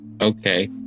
Okay